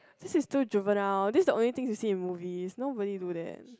this is too juvenile this the only thing you see in movies nobody do that